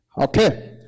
Okay